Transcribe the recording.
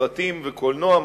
סרטים וקולנוע,